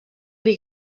die